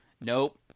Nope